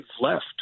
left